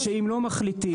שאם לא מחליטים,